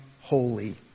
holy